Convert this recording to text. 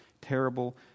terrible